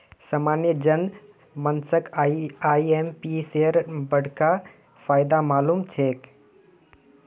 सामान्य जन मानसक आईएमपीएसेर बडका फायदा मालूम ह छेक